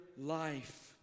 life